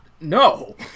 No